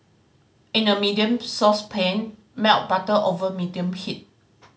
in a medium saucepan melt butter over medium heat